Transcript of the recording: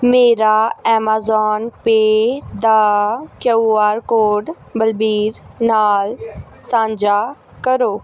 ਮੇਰਾ Amazon Pay ਦਾ Q R code Balbir ਨਾਲ ਸਾਂਝਾ ਕਰੋ